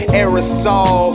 aerosol